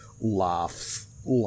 laughs